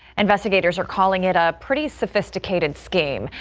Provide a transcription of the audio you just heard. investigators are calling it a pretty sophisticated scheme.